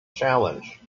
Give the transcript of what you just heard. challenge